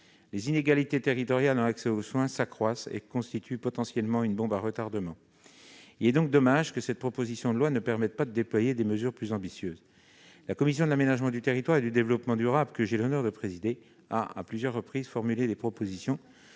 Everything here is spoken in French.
les inégalités territoriales dans l'accès aux soins s'accroissent et constituent une potentielle bombe à retardement. Il est donc dommage que cette proposition de loi ne permette pas de déployer des mesures plus ambitieuses. La commission de l'aménagement du territoire et du développement durable, que j'ai l'honneur de présider, a formulé à plusieurs reprises des propositions